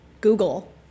Google